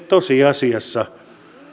tosiasiassa